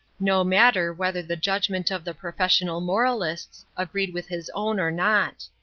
no matter whether the judgment of the professional moralists agreed with his own or not.